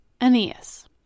Aeneas